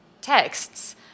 texts